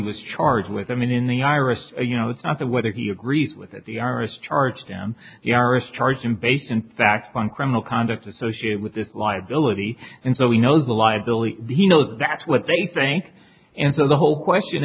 was charged with i mean in the iris you know it's not the whether he agrees with it the i r s charged down the i r s charged him based in fact on criminal conduct associated with the liability and so he knows a liability he knows that's what they think and so the whole question